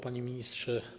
Panie Ministrze!